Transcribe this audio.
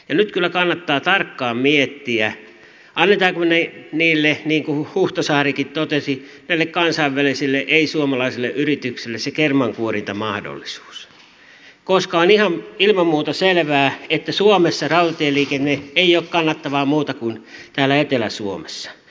nyt kyllä kannattaa tarkkaan miettiä annammeko me näille niin kuin huhtasaarikin totesi kansainvälisille ei suomalaisille yrityksille sen kermankuorintamahdollisuuden koska on ilman muuta ihan selvää että suomessa rautatieliikenne ei ole kannattavaa muualla kuin täällä etelä suomessa